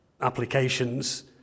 applications